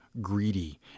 greedy